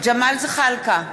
ג'מאל זחאלקה,